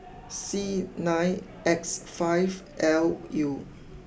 C nine X five L U